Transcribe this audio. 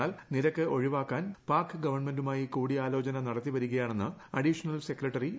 എന്നാൽ നിരക്ക് ഒഴിവാക്കാൻ പാക് ഗവൺമെൻുമായി കൂടിയാലോചന നടത്തി വരികയാണെന്ന് അഡീഷണൽ സെക്രട്ടറി അറിയിച്ചു